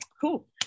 cool